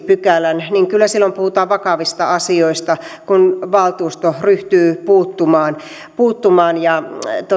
pykälän niin kyllä silloin puhutaan vakavista asioista kun valtuusto ryhtyy puuttumaan puuttumaan ja